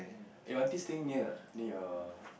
eh Wantisden near near your